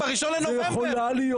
יכולה להיות